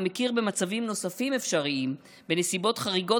המכיר במצבים נוספים אפשריים בנסיבות חריגות